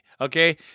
Okay